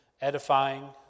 edifying